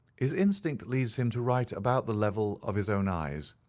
his instinct leads him to write about the level of his own eyes.